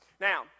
Now